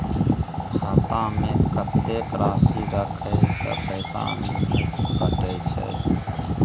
खाता में कत्ते राशि रखे से पैसा ने कटै छै?